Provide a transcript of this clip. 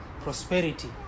prosperity